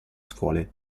scuole